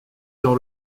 dans